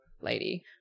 lady